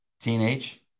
teenage